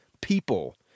people